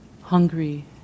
hungry